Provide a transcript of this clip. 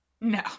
No